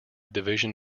division